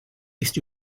ist